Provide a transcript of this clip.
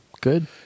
Good